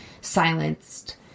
silenced